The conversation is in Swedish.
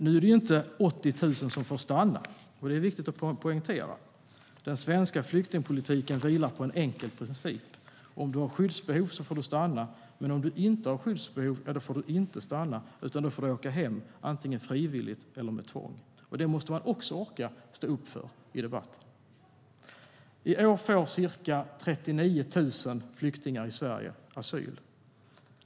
I år får ca 39 000 flyktingar asyl i Sverige.